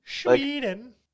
Sweden